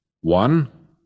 One